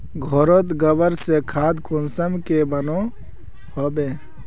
घोरोत गबर से खाद कुंसम के बनो होबे?